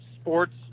sports